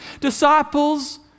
disciples